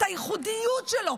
את הייחודיות שלו,